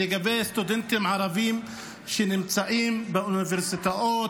לגבי סטודנטים ערבים שנמצאים באוניברסיטאות,